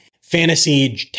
fantasy